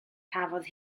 cafodd